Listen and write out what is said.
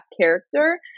character